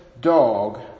dog